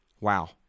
Wow